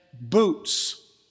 boots